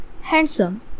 handsome